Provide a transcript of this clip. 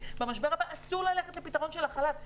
במשבר הבא אסור ללכת לפתרון של חל"ת,